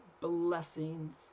blessings